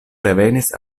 revenis